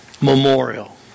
memorial